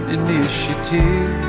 initiative